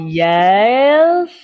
Yes